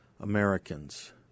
Americans